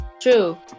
true